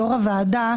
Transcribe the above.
יושב-ראש הוועדה,